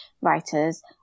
writers